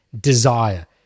Desire